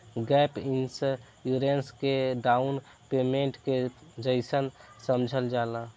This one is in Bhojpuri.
गैप इंश्योरेंस के डाउन पेमेंट के जइसन समझल जाला